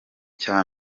cya